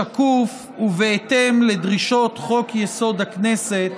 שקוף ובהתאם לדרישות חוק-יסוד: הכנסת,